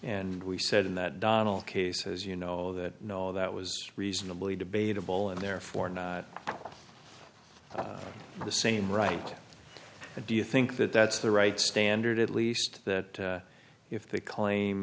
and we said in that donald cases you know that no that was reasonably debatable and therefore not the same right to do you think that that's the right standard at least that if they claim